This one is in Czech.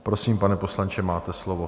Prosím, pane poslanče, máte slovo.